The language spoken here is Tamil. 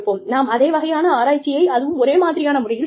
நாம் அதே வகையான ஆராய்ச்சியை அதுவும் ஒரே மாதிரியான முறையில் செய்வோம்